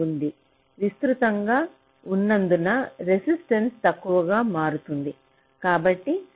ఇది విస్తృతంగా ఉన్నందున రెసిస్టెన్స్ తక్కువగా మారుతుంది